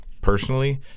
personally